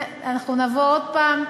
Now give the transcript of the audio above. אנחנו נבוא עוד פעם.